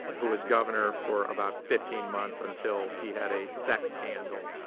who was governor for about fifteen months until he had a sex scandal,